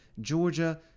Georgia